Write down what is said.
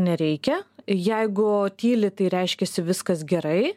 nereikia jeigu tyli tai reiškiasi viskas gerai